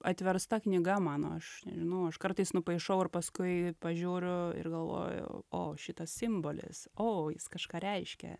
atversta knyga mano aš nežinau aš kartais nupaišau ir paskui pažiūriu ir galvoju o šitas simbolis o jis kažką reiškia